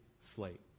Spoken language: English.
slate